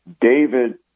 David